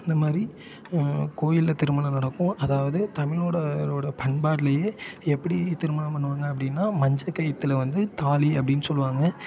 அந்த மாதிரி கோவிலில் திருமணம் நடக்கும் அதாவது தமிழகர்ளோட பண்பாட்டுலேயே எப்படி திருமணம் பண்ணுவாங்க அப்படின்னா மஞ்சள் கயிற்றுல வந்து தாலி அப்படின்னு சொல்லுவாங்க